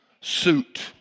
suit